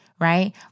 right